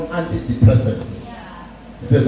antidepressants